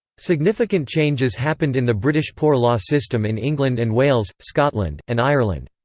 significant changes happened in the british poor law system in england and wales, scotland, and ireland.